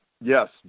Yes